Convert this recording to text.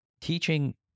teaching